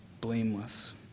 blameless